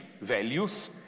values